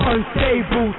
Unstable